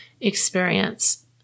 experience